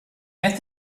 add